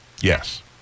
Yes